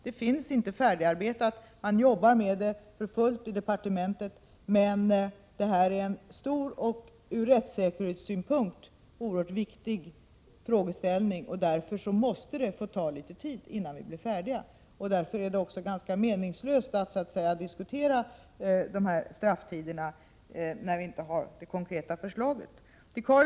Det finns alltså inte färdigarbetat, men man arbetar med det för fullt i departementet. Det är emellertid en stor och från rättssäkerhetssynpunkt oerhört viktig fråga, varför det måste få ta litet tid. Det är också ganska meningslöst att diskutera strafftiderna, när vi inte har det konkreta förslaget färdigt.